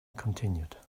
continued